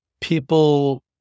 people